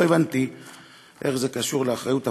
לא הבנתי איך זה קשור לאחריות פלילית,